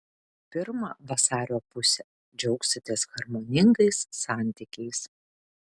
pirmą vasario pusę džiaugsitės harmoningais santykiais